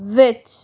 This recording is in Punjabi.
ਵਿੱਚ